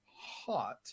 hot